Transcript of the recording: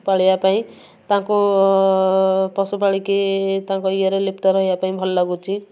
ପାଳିବା ପାଇଁ ତାଙ୍କୁ ପଶୁ ପାଳିକି ତାଙ୍କ ଇଏରେ ଲିପ୍ତ ରହିବା ପାଇଁ ଭଲ ଲାଗୁଛି